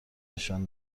نشان